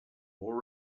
more